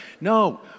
no